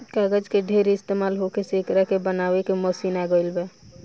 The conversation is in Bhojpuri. कागज के ढेर इस्तमाल होखे से एकरा के बनावे के मशीन आ गइल बा